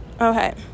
okay